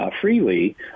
freely